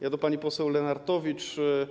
Ja do pani poseł Lenartowicz.